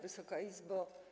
Wysoka Izbo!